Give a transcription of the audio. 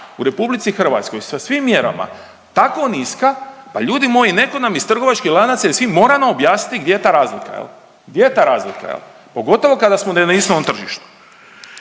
u RH sa svim mjerama tako niska pa ljudi moji neko nam iz trgovačkih lanaca … mora nam objasniti gdje je ta razlika, gdje je ta razlika, pogotovo kada smo na istom tržištu.